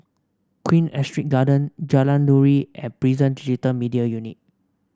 Queen Astrid Garden Jalan Nuri and Prison Digital Media Unit